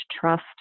trust